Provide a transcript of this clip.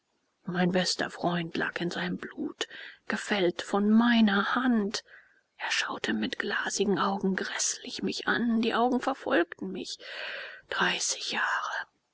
mein bester freund lag in seinem blut gefällt von meiner hand er schaute mit glasigen augen gräßlich mich an die augen verfolgten mich dreißig jahre